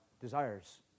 desires